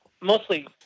mostly